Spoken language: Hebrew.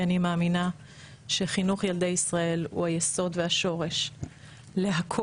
אני מאמינה שחינוך ילדי ישראל הוא היסוד והשורש לכול,